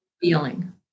feeling